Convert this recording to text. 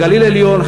בגליל העליון,